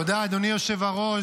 תודה, אדוני היושב-ראש.